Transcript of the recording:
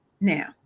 Now